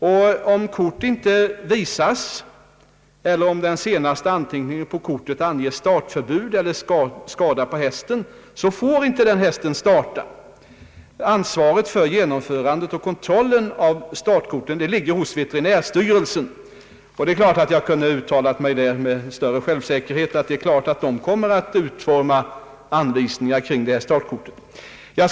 Om kort inte visas eller om den senaste anteckningen på kortet anger startförbud eller skada på hästen, får den hästen inte starta. Ansvaret för kontrollen av startkorten ligger hos veterinärstyrelsen. Naturligtvis kunde jag ha uttalat mig med större självsäkerhet och sagt att det är klart att styrelsen kommer att utarbeta anvisningar rörande startkorten.